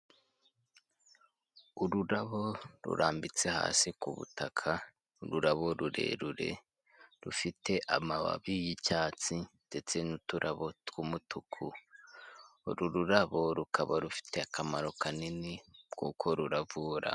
Ururabo rurambitse hasi ku butaka, ururabo rurerure rufite amababi y'icyatsi, ndetse n'uturabo tw'umutuku, uru rurabo rukaba rufite akamaro kanini kuko ruravura.